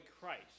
Christ